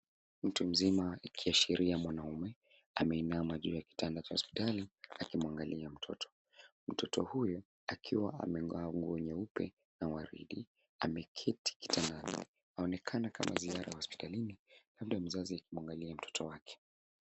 Mtu mzima, ikiashiria mwanaume, ameinama juu ya kitanda cha hospitali akimwangalia mtoto. Mtoto huyo akiwa amevaa nguo nyeupe na waridi ameketi kitandani. Inaonekana kama mazingira ya hospitalini kando ya mzazi akimwangalia mtoto wake.